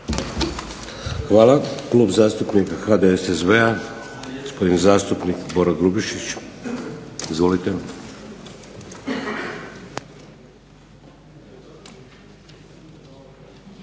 Hvala. Klub zastupnika HDSSB-a gospodin zastupnik Boro Grubišić. Izvolite.